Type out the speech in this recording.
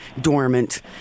dormant